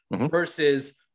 versus